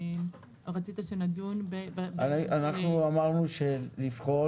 רצית שנדון ב --- אנחנו אמרנו שנבחן